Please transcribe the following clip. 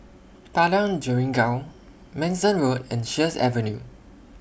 Padang Jeringau Manston Road and Sheares Avenue